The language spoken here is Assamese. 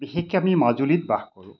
বিশেষকৈ আমি মাজুলিত বাস কৰোঁ